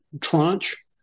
tranche